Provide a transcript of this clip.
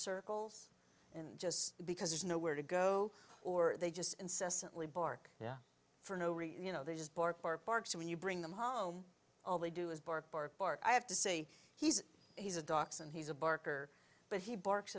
circles and just because there's nowhere to go or they just incessantly bark yeah for no reason you know they just bark bark bark so when you bring them home all they do is bark bark bark i have to say he's he's a doc's and he's a barker but he barks